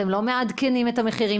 אתם לא מעדכנים את המחירים,